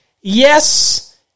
yes